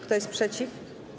Kto jest przeciw?